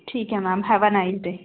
ठीक है ma'am have a nice day